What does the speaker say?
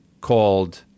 called